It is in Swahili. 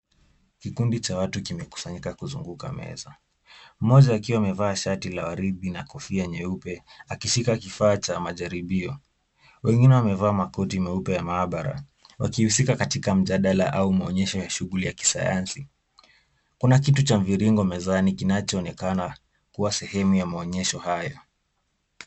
Kikundi cha watu kimekusanyika kuzunguka meza, mmoja akiwa amevaa shati la waridi na kofia nyeupe akishika kifaa cha majaribio, wengine wamevaa makoti meupe ya maabara wakihusika katika mjadala au maonyesho ya shuguli ya kisayansi, kuna kitu cha mviringo mezani kinachoonekana kuwa sehemu ya maonyesho haya.